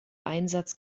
einsatz